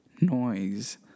noise